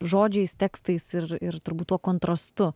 žodžiais tekstais ir ir turbūt tuo kontrastu